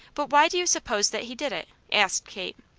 but why do you suppose that he did it? asked kate.